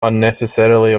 unnecessarily